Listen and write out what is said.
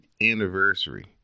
anniversary